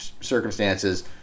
circumstances